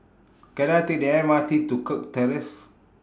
Can I Take The M R T to Kirk Terrace